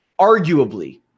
arguably